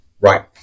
Right